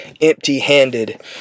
empty-handed